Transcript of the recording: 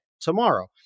tomorrow